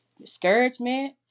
discouragement